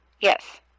Yes